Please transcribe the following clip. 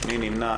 מי נמנע?